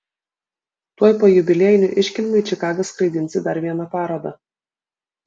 tuoj po jubiliejinių iškilmių į čikagą skraidinsi dar vieną parodą